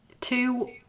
two